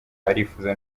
arifuza